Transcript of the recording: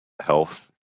health